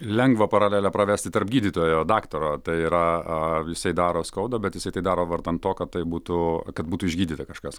lengvą paralelę pravesti tarp gydytojo daktaro tai yra jisai daro skauda bet jisai tai daro vardan to kad tai būtų kad būtų išgydyta kažkas